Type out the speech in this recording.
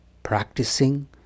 practicing